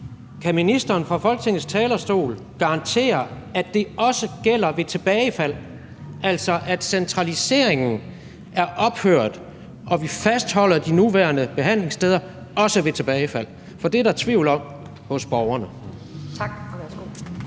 Kan ministeren fra Folketingets talerstol garantere, at det også gælder ved tilbagefald, altså at centraliseringen er ophørt, og at vi fastholder de nuværende behandlingssteder også ved tilbagefald? For det er der tvivl om hos borgerne. Kl.